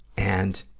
and,